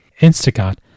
Instacart